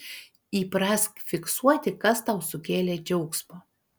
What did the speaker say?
įprask fiksuoti kas tau sukėlė džiaugsmo